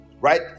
right